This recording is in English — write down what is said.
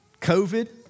COVID